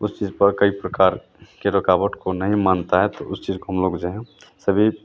उस चीज़ पर कई प्रकार की रुकावट को नहीं मानते हैं तो उस चीज़ को हम लोग जो है सभी